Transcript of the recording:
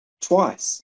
twice